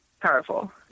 powerful